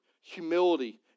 humility